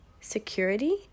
security